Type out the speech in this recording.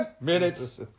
minutes